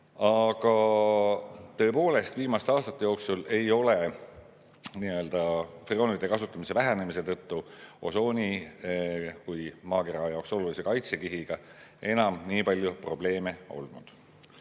Aga tõepoolest, viimaste aastate jooksul ei ole freoonide kasutamise vähenemise tõttu osooni kui maakera jaoks olulise kaitsekihiga enam nii palju probleeme olnud.